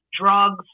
drugs